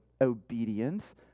obedience